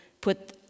put